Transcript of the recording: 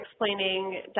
explaining